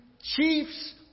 Chiefs